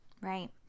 Right